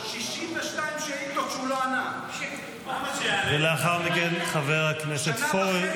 יש 62 שאילתות שהוא לא ענה ----- חבר הכנסת פורר,